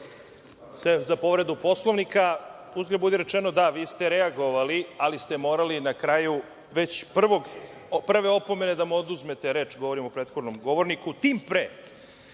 za povredu Poslovnika, uzgred budi rečeno, da vi ste reagovali, ali ste morali na kraju već prve opomene da mu oduzmete reč, govorim o prethodnom govorniku, tim pre,